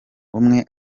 umwe